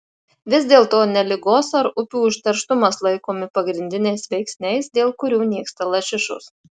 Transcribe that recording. vis dėlto ne ligos ar upių užterštumas laikomi pagrindiniais veiksniais dėl kurių nyksta lašišos